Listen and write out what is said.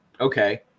okay